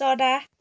चरा